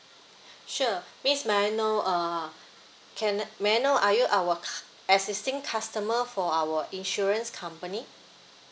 sure miss may I know uh can may I know are you our cu~ existing customer for our insurance company